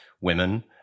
women